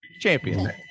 Champion